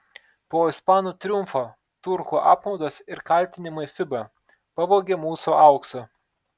po ispanų triumfo turkų apmaudas ir kaltinimai fiba pavogė mūsų auksą